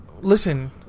Listen